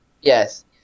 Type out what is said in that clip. Yes